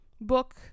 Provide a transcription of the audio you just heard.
book